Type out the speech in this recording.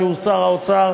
שהוא שר האוצר,